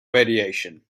radiation